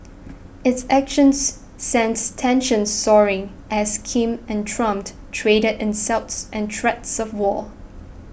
its actions sent tensions soaring as Kim and Trump traded insults and threats of war